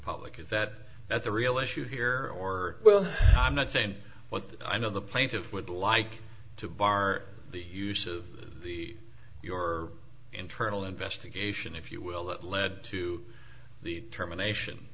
public is that that the real issue here or well i'm not saying well i know the plaintiff would like to bar the use of the your internal investigation if you will that lead to the termination